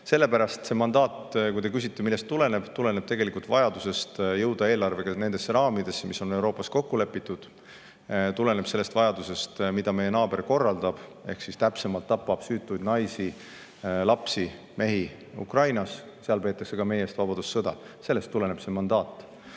Sellepärast see mandaat – kui te küsite, millest see tuleneb – tuleneb vajadusest jõuda eelarvega nendesse raamidesse, mis on Euroopas kokku lepitud, see tuleneb sellest, mida meie naaber korraldab, ehk täpsemalt, tapab süütuid naisi, lapsi ja mehi Ukrainas, kus peetakse ka meie eest vabadussõda. Sellest tuleneb see mandaat.